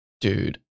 dude